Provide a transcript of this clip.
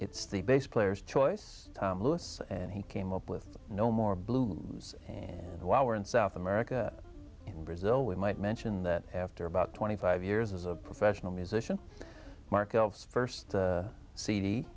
it's the bass player's choice tom lewis and he came up with no more blues and while we're in south america in brazil we might mention that after about twenty five years as a professional musician marc elvis first